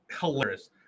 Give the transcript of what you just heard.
hilarious